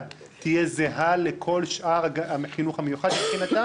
תהיה זהה לכל שאר החינוך המיוחד מבחינתם?